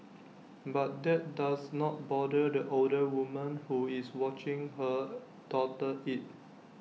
but that does not bother the older woman who is watching her daughter eat